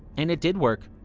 and it did work.